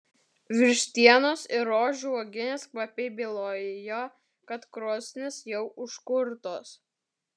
vištienos ir rožių uogienės kvapai bylojo kad krosnys jau užkurtos